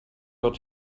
wird